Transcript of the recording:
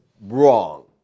wrong